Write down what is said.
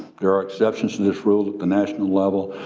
there are exceptions to this rule at the national level.